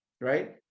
right